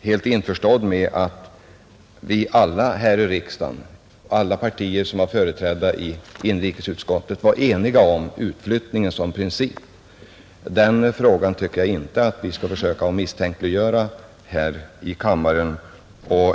helt på det klara med att alla partier som är företrädda i inrikesutskottet var eniga om utflyttningen som princip. Jag tycker inte att man skall försöka misstänkliggöra någon här i kammaren i den frågan.